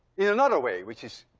in another way which is,